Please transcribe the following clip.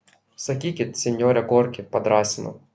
sakykit sinjore gorki padrąsinau